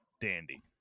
dandy